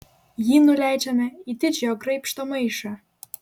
jį nuleidžiame į didžiojo graibšto maišą